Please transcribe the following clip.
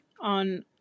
on